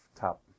top